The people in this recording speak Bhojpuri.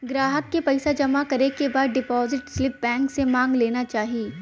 ग्राहक के पइसा जमा करे के बाद डिपाजिट स्लिप बैंक से मांग लेना चाही